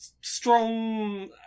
strong